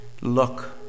Look